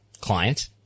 client